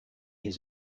his